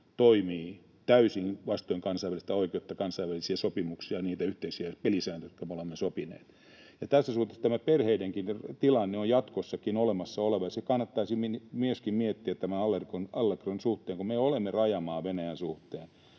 toimii täysin vastoin kansainvälistä oikeutta, kansainvälisiä sopimuksia ja niitä yhteisiä pelisääntöjä, jotka me olemme sopineet. Ja tässä suhteessa tämä perheidenkin tilanne on jatkossakin olemassa oleva, ja se kannattaisi myöskin miettiä tämän Allegron suhteen, kun me olemme rajamaa Venäjän suhteen: